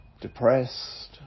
depressed